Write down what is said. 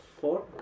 Four